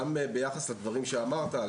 גם ביחס לדברים שאמרת,